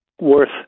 worth